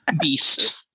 beast